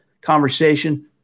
conversation